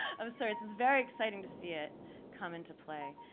i'm sorry, this is very exciting, to see it come into play.